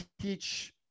teach